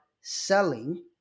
selling